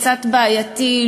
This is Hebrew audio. קצת בעייתי,